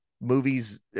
movies